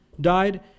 died